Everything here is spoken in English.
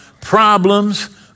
problems